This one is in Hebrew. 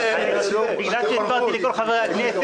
בגלל שהסברתי לכל חברי הכנסת,